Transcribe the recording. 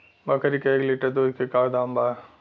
बकरी के एक लीटर दूध के का दाम बा?